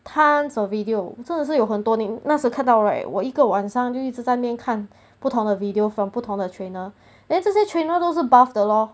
tons of video 真的是有很多你那时看到 right 我一个晚上就一直在那边看不同的 video from 不同的 trainer then 这些 trainer 都是 bluff 的 lor